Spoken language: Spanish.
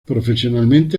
profesionalmente